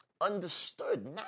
understood